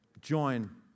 Join